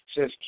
says